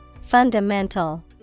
Fundamental